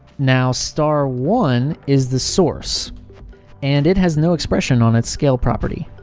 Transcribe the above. now star one is the source and it has no expression on its scale property.